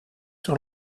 sur